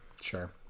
Sure